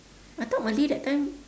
I thought malay that time